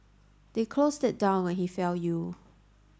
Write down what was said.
they closed it down when he fell ill